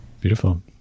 Beautiful